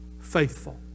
faithful